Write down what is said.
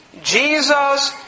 Jesus